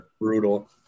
brutal